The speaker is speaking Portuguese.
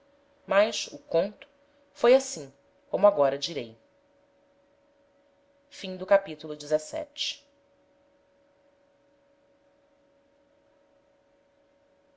mas o conto foi assim como agora direi capitulo